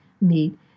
meat